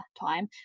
time